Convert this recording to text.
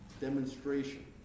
demonstration